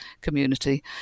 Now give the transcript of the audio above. community